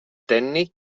tècnic